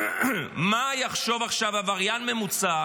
מה יחשוב עכשיו עבריין ממוצע